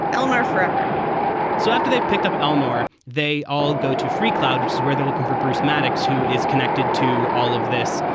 forever so after they've picked up ellmore, they all go to free cloud, which is where they're looking for bruce mattox, who is connected to all of this.